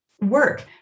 work